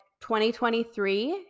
2023